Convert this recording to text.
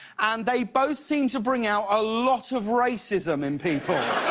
and they both seem to bring out a lot of racism in people.